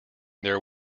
their